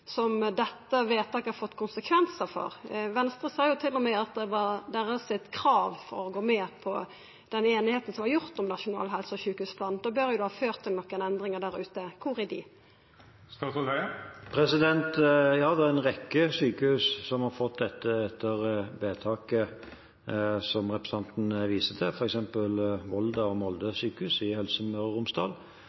som dette vedtaket har fått konsekvensar for? Venstre sa til og med at det var deira krav for å gå med på den einigheita som ein fekk om Nasjonal helse- og sjukehusplan. Da bør det jo ha ført til nokre endringar der ute. Kor er dei? Ja, det er en rekke sykehus som har fått dette etter det vedtaket som representanten viste til, f.eks. Volda sjukehus og Molde sjukehus i Helse Møre og Romsdal.